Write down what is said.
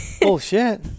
Bullshit